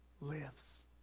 lives